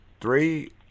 three